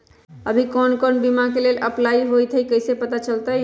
अभी कौन कौन बीमा के लेल अपलाइ होईत हई ई कईसे पता चलतई?